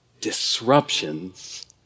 Disruptions